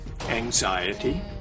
anxiety